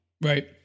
right